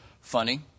funny